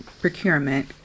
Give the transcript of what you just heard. procurement